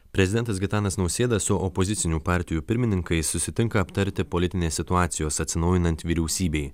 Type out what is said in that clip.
prezidentas gitanas nausėda su opozicinių partijų pirmininkais susitinka aptarti politinės situacijos atsinaujinant vyriausybei